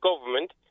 government